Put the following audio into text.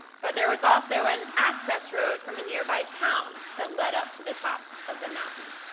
but there was also an access road from a nearby town that led up to the top of the mountain.